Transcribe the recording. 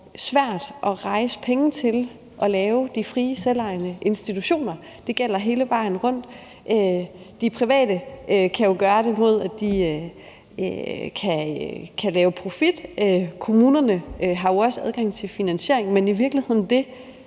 jo er svært at rejse penge til at lave de frie selvejende institutioner. Det gælder hele vejen rundt. De private kan jo gøre det, ved at de kan lave profit. Kommuner har også adgang til finansiering. Men det, jeg i virkeligheden